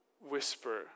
whisper